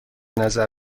نظر